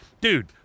Dude